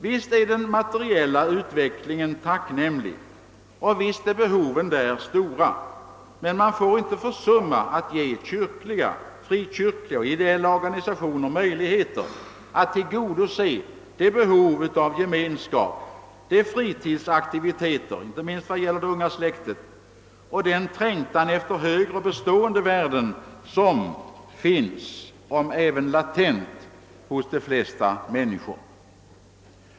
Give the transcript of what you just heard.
Visst är den materiella utvecklingen tacknämlig. Och visst är behoven där stora. Men man får inte försumma att ge kyrkliga, frikyrkliga och ideella organisationer möjligheter att tillgodose det behov av gemenskap, de fritidsaktiviteter — inte minst vad gäller det unga släktet — och den trängtan efter högre och bestående värden som finns — om även latent — hos de flesta människor.